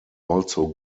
also